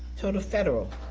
total federal,